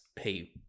hey